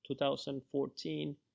2014